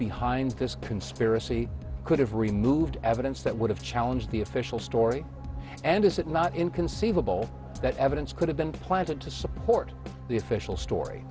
behind this conspiracy could have removed evidence that would have challenge the official story and is it not inconceivable that evidence could have been planted to support the official story